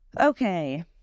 okay